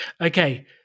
okay